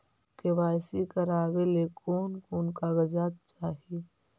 KYC करावे ले कोन कोन कागजात चाही?